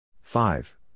five